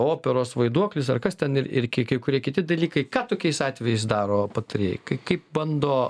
operos vaiduoklis ar kas ten ir ir kai kurie kiti dalykai ką tokiais atvejais daro patarėjai kaip kaip bando